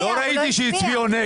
הוא לא הצביע.